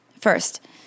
first